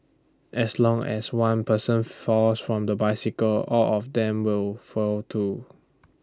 as long as one person falls from the bicycle all of them will fall too